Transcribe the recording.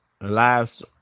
Lives